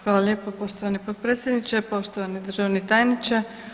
Hvala lijepo poštovani potpredsjedniče, poštovani državni tajniče.